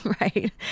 right